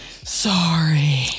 Sorry